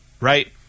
right